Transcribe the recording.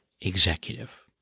Executive